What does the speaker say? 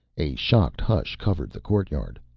a shocked hush covered the courtyard.